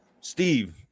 Steve